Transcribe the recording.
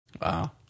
Wow